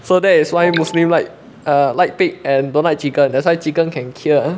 so that is why muslim like err like pig and don't like chicken that's why chicken can kill